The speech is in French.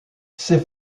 ces